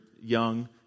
young